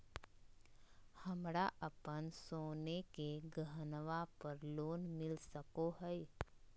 हमरा अप्पन सोने के गहनबा पर लोन मिल सको हइ?